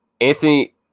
Anthony